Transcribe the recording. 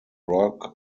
rock